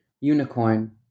Unicorn